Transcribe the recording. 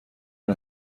این